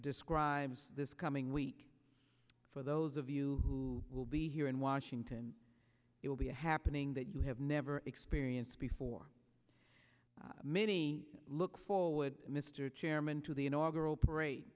describes this coming week for those of you who will be here in washington it will be a happening that you have never experienced before many look forward mr chairman to the inaugural parade